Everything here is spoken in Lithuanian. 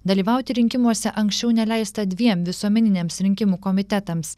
dalyvauti rinkimuose anksčiau neleista dviem visuomeniniams rinkimų komitetams